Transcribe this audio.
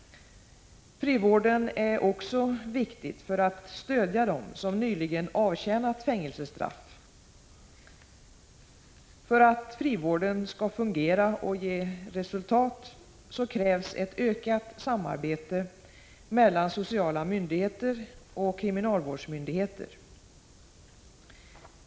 Frivården är också viktig för att stödja dem som nyligen avtjänat fängelsestraff. För att frivården skall fungera och ge resultat krävs ett ökat samarbete mellan sociala myndigheter och kriminalvårdsmyndigheter.